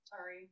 Sorry